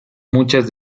muchas